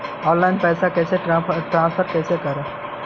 Online पैसा कैसे transfer कैसे कर?